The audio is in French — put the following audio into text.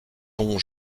dont